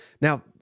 Now